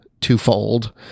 twofold